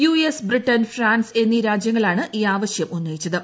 U S Britain France എന്നീ രാജ്യങ്ങളാണ് ഈ ആവശ്യമുന്നയിച്ചത്